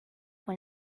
when